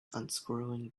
unscrewing